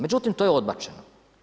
Međutim, to je odbačeno.